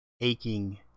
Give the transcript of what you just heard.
aching